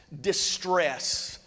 distress